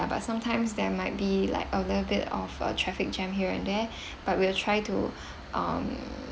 but sometimes there might be like a little bit of a traffic jam here and there but we'll try to um